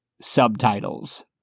subtitles